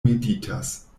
meditas